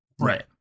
Right